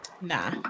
nah